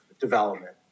development